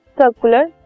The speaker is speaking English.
circular